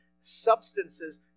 substances